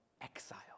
exile